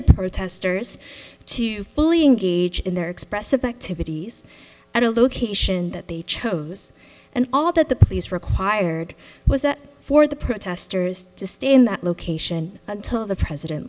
the protesters to fully engage in their express subjectivities at a location that they chose and all that the police required was that for the protesters to stay in that location until the president